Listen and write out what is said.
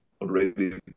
already